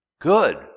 Good